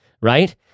right